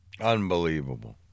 Unbelievable